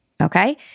Okay